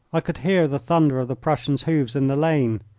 i could hear the thunder of the prussians' hoofs in the lane.